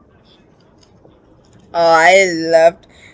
oh I love